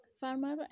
farmer